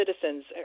citizens